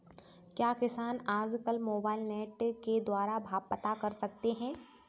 क्या किसान आज कल मोबाइल नेट के द्वारा भाव पता कर सकते हैं?